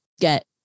get